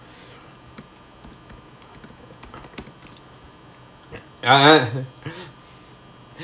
ah